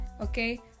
okay